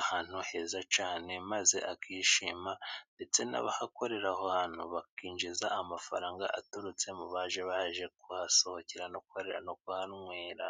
ahantu heza cyane, maze akishima, ndetse n'abahakorera aho hantu bakinjiza amafaranga aturutse mu baje baje kuhasohokera, no kuharira no kuhanywera.